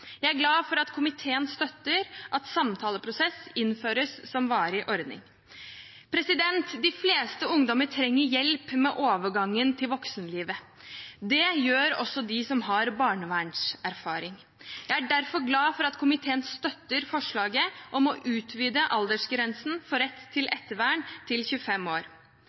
Jeg er glad for at komiteen støtter at samtaleprosess innføres som en varig ordning. De fleste ungdommer trenger hjelp med overgangen til voksenlivet. Det gjør også de som har barnevernserfaring. Jeg er derfor glad for at komiteen støtter forslaget om å utvide aldersgrensen for rett til ettervern til 25 år.